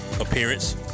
appearance